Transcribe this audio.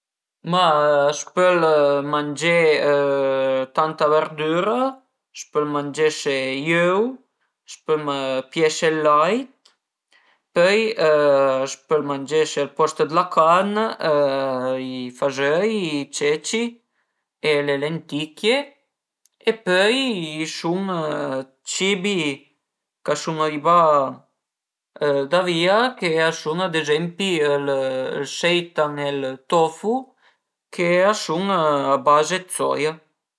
Ma a s'pöl mangé tanta verdüra, a s'pöl mangese i öu, a s'pöl piese ël lait, pöi a s'pöl mangese al post d'la carn i fazöi, i ceci e le lenticchie e pöi a i sun d'cibi ch'a sun arivà da vìa che a sun ad ezempi ël seitan e ël tofu che a sun a baze d'soia